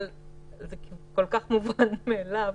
אבל זה כל כך מובן מאליו,